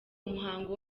muhango